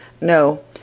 No